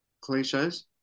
cliches